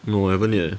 no haven't yet